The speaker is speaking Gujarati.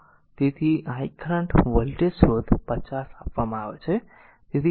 તેથી I કરંટ વોલ્ટેજ સ્રોત 50 આપવામાં આવે છે